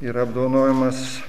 yra apdovanojamas